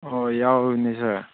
ꯍꯣꯏ ꯌꯥꯎꯕꯅꯤ ꯁꯥꯔ